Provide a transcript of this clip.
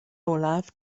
olaf